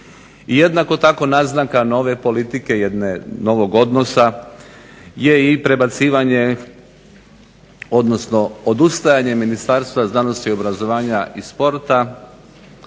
jednako tako naznaka nove politike jedne novog odnosa je i prebacivanje odnosno odustajanje Ministarstva znanosti, obrazovanja i sporta